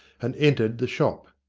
and entered the shop.